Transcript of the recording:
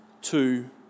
two